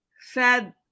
fed